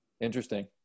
Interesting